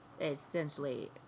essentially